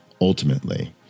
Ultimately